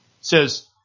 Says